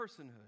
personhood